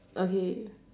okay